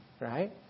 Right